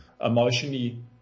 emotionally